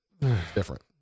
different